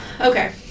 Okay